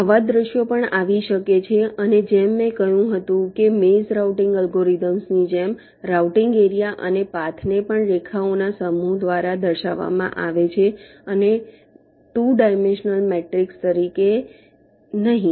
આવા દૃશ્યો પણ આવી શકે છે અને જેમ મેં કહ્યું હતું કે મેઝ રાઉટીંગ અલ્ગોરિધમ્સની જેમ રાઉટીંગ એરિયા અને પાથ ને પણ રેખાઓના સમૂહ દ્વારા દર્શાવવામાં આવે છે અને 2 ડાયમેન્શનલ મેટ્રિક્સ તરીકે નહીં